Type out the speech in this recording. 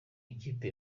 ikipe